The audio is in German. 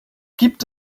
gibt